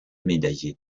médaillée